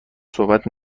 صحبت